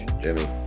Jimmy